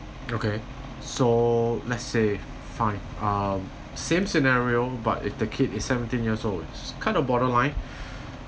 okay so let's say fine um same scenario but if the kid is seventeen years old it's kind of borderline